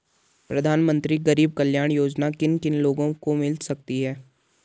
प्रधानमंत्री गरीब कल्याण योजना किन किन लोगों को मिल सकती है?